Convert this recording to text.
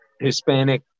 hispanic